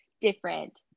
different